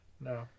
no